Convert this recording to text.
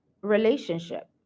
relationship